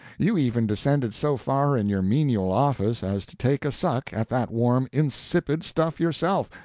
you even descended so far in your menial office as to take a suck at that warm, insipid stuff yourself,